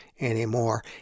anymore